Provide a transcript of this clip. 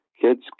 kids